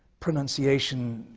pronunciation,